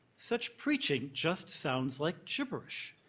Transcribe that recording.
such preaching just sounds like gibberish.